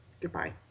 Goodbye